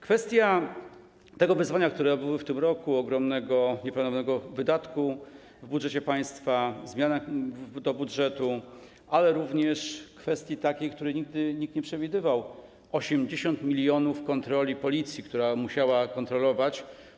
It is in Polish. Kwestia tego wyzwania, które było w tym roku, ogromnego, nieplanowanego wydatku w budżecie państwa, w zmianach do budżetu, ale również w kwestii takiej, której nikt nigdy nie przewidywał, 80 mln kontroli policji, która musiała kontrolować.